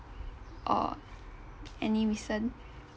or any recent